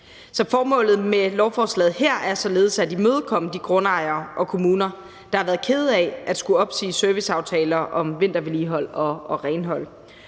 formålet med lovforslaget her er således at imødekomme de grundejere og kommuner, der har været kede af at skulle opsige serviceaftaler om vintervedligehold og renhold.